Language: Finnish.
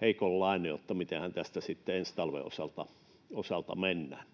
heikonlainen, mitenhän tästä sitten ensi talven osalta mennään.